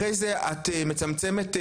אחרי זה את מצמצמת,